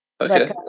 Okay